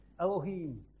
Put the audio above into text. Elohim